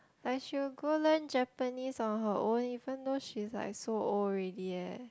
and she will go learn Japanese on her own even though she's like so old already eh